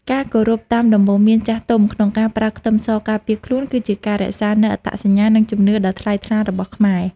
ការគោរពតាមដំបូន្មានចាស់ទុំក្នុងការប្រើខ្ទឹមសការពារខ្លួនគឺជាការរក្សានូវអត្តសញ្ញាណនិងជំនឿដ៏ថ្លៃថ្លារបស់ខ្មែរ។